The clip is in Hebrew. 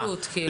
לפקידות כאילו.